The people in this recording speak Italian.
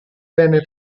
venne